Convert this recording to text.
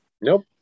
nope